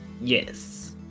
Yes